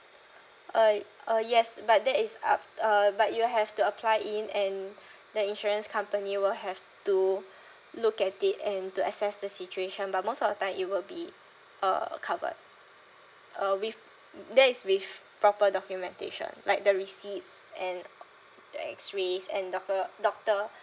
uh uh yes but that is up uh but you have to apply in and the insurance company will have to look at it and to assess the situation but most of the time it will be uh covered uh with that is with proper documentation like the receipts and the X rays and doctor doctor